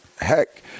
heck